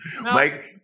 Mike